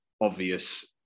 obvious